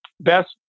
best